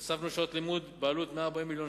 הוספנו שעות לימוד בעלות של 140 מיליון